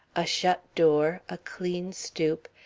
a shut door, a clean stoop,